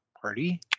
party